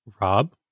Rob